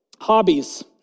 Hobbies